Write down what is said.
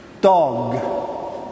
dog